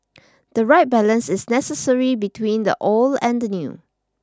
the right balance is necessary between the old and the new